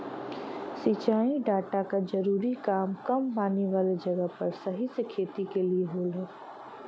सिंचाई डाटा क जरूरी काम कम पानी वाले जगह पर सही से खेती क लिए होला